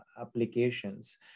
applications